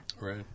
Right